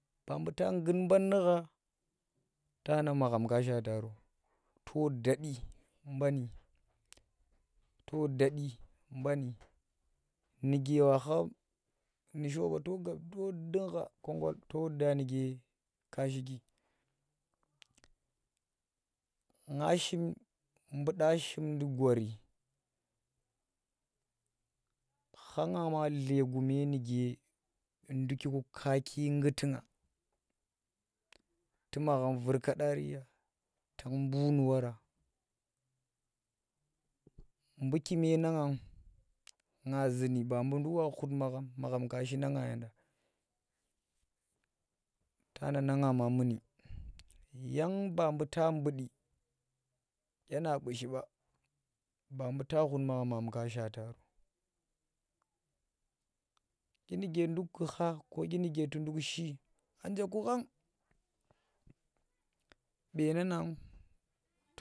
Ba mbu ta nggut ban nugha tana magham ka shaata ro to datɗi bani nuke wa kha nu sho ba to gabbi to dungkha gha konggol to da nu ka shiki nga shin buu da shimndi gori khama nga ma dlegume nuke ndukiku kaa ki ngguti ngga tu magham vur kadari ya tang mbuu nu wara, mbukeme na nga nga zuni ba buu nduk wa khut maghem maghem kashi na nga yenda tana na nga ma muni yang ba buuta bundi yenda bushi ba ba buta khut magham magham ka shaata ro dyi nuke nduk kugha ko dyimku nduk shi anje ku khang beena nang.